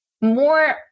more